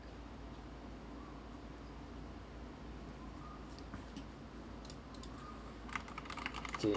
K